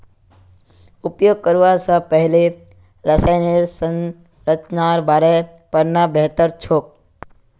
उपयोग करवा स पहले रसायनेर संरचनार बारे पढ़ना बेहतर छोक